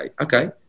Okay